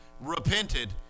Repented